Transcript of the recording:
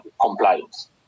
compliance